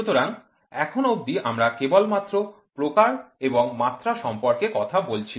সুতরাং এখন অবধি আমরা কেবলমাত্র প্রকার এবং মাত্রা সম্পর্কে কথা বলছিলাম